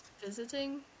visiting